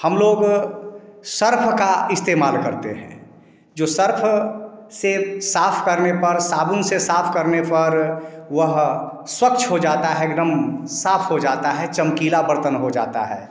हम लोग सर्फ़ का इस्तेमाल करते हैं जो सर्फ़ से साफ करने पर साबुन से साफ करने पर वह स्वच्छ हो जाता है एकदम साफ हो जाता है चमकीला बर्तन हो जाता है